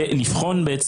ולבחון את